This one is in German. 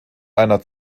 einer